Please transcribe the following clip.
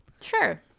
sure